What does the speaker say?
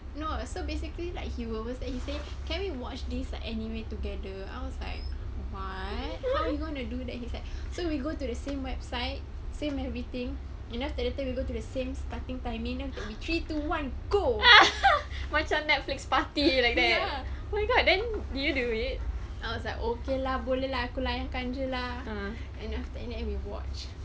no so basically like he will always say he say can we watch these like anime together I was like what why do you wanna do that he's like so we go to the same website same everything and then after that we go to the same starting timing like three two one go ya I was like okay lah boleh lah aku layankan jer lah and after that we watch